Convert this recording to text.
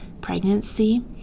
pregnancy